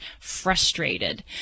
frustrated